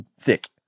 thick